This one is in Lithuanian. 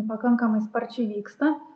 pakankamai sparčiai vyksta